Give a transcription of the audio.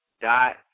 dot